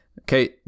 Okay